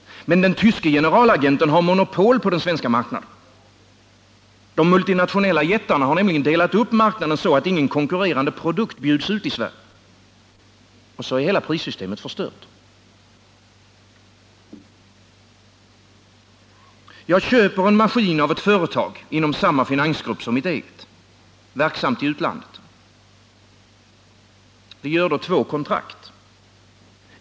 Men den tyske generalagenten har monopol på den svenska marknaden. De multinationella jättarna har nämligen delat upp marknaden så att ingen konkurrerande produkt bjuds ut i Sverige. Och så är hela prissystemet förstört. Jag köper en maskin av ett företag inom samma W-ägda finansgrupp, verksamt i utlandet. Vi gör då två kontrakt.